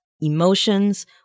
emotions